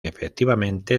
efectivamente